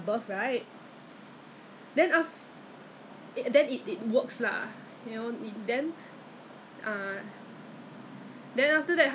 如果有 alcohol content 那孩子会伤到 [what] so 他们 to play safe no alcohol 我就问他 is it effective 他就好像没有办法回答我 lah